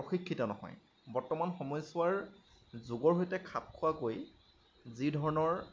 প্ৰশিক্ষিত নহয় বৰ্তমান সময়ছোৱাৰ যুগৰ সৈতে খাপ খোৱাকৈ যিধৰণৰ